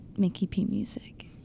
mickeypmusic